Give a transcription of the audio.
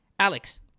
Alex